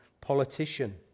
politician